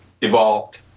evolved